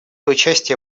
участие